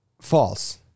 false